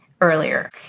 earlier